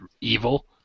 evil